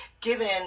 given